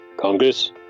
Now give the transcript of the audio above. Congress